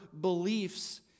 beliefs